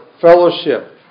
fellowship